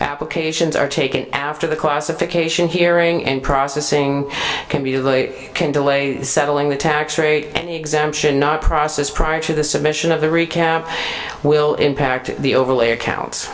applications are taken after the classification hearing and processing can be late can delay settling the tax rate and exemption not process prior to the submission of the recap will impact the overlay accounts